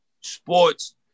sports